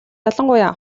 ялангуяа